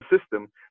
system